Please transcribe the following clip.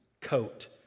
coat